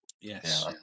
yes